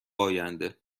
آینده